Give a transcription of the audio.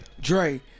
dre